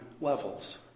levels